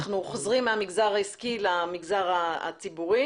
אנחנו חוזרים מהמגזר העסקי למגזר הציבורי